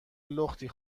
لختی